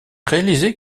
réalisé